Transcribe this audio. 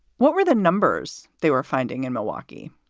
what were the numbers? they were finding in milwaukee?